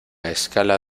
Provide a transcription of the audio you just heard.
escala